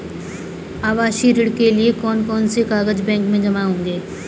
आवासीय ऋण के लिए कौन कौन से कागज बैंक में जमा होंगे?